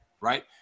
right